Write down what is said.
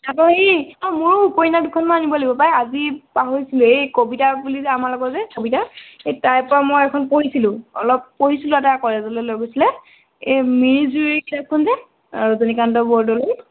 আকৌ হেৰি মোৰো অঁ উপন্যাস দুখনমান আনিব লাগিব পায় আজি পাহৰিছিলোঁৱেই এই কবিতা বুলি আমাৰ লগৰ যে কবিতা সেই তাইৰ পৰা মই এখন পঢ়িছিলোঁ অলপ পঢ়িছিলোঁ তাই কলেজলৈ লৈ গৈছিলে এই মিৰি জীয়ৰী কিতাপখন যে ৰজনীকান্ত বৰদলৈৰ